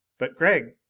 but, gregg,